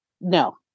No